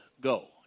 go